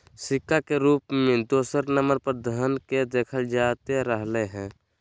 सिक्का के रूप मे दूसरे नम्बर पर धन के देखल जाते रहलय हें